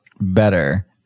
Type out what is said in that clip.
better